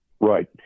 Right